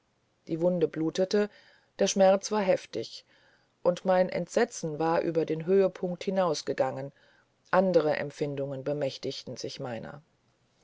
die wunde blutete der schmerz war heftig mein entsetzen war über den höhepunkt hinausgegangen andere empfindungen bemächtigten sich meiner